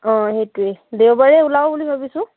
অঁ সেইটোৱেই দেওবাৰে ওলাওঁ বুলি ভাবিছোঁ